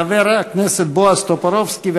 חבר הכנסת בועז טופורובסקי,